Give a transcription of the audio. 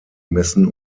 messen